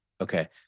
okay